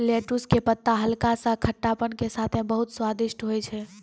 lettuce के पत्ता हल्का सा खट्टापन के साथॅ बहुत स्वादिष्ट होय छै